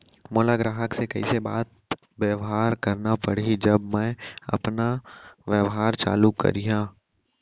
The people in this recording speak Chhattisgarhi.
मोला ग्राहक से कइसे बात बेवहार करना पड़ही जब मैं अपन व्यापार चालू करिहा?